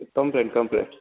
complete complete